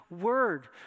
word